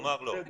כלומר לא.